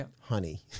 honey